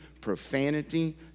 profanity